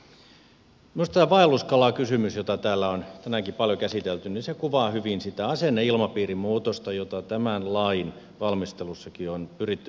no sitten tämä vaelluskalakysymys jota täällä on tänäänkin paljon käsitelty kuvaa hyvin si tä asenneilmapiirin muutosta jota tämän lain valmistelussakin on pyritty noudattamaan